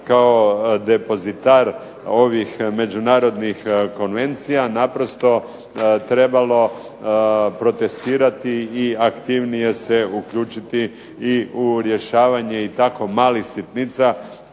kao depozitar ovih međunarodnih konvencija naprosto trebalo protestirati i aktivnije se uključiti i u rješavanje i tako malih sitnica